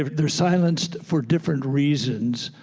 ah they're silenced for different reasons,